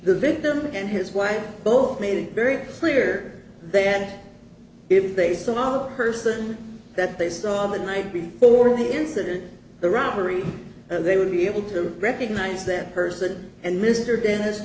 the victim and his wife both made it very clear that if they saw the person that they saw on the night before the incident the robbery they would be able to recognize that person and mr dennis